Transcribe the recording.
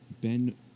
Ben